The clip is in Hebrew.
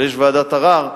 אבל יש ועדת ערר,